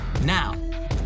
Now